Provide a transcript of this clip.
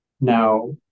Now